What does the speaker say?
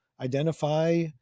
identify